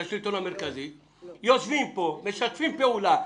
הם יושבים פה ומשתפים פעולה.